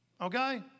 Okay